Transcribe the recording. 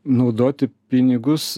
naudoti pinigus